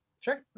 Sure